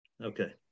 Okay